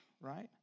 Right